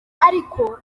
ariko